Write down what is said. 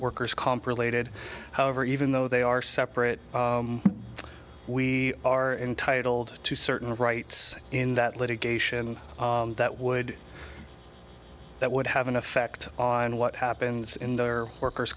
workers comp related however even though they are separate we are entitled to certain rights in that litigation that would that would have an effect on what happens in their workers